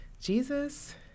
Jesus